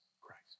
Christ